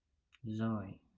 zero